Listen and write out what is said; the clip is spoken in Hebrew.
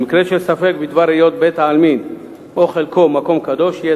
במקרה של ספק בדבר היות בית-עלמין או חלקו מקום קדוש יהיה